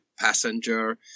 passenger